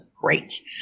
great